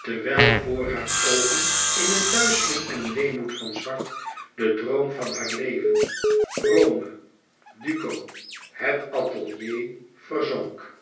terwijl voor haar oogen in een duizeling en weemoed van zwart de droom van haar leven rome duco het atelier verzonk